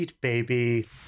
baby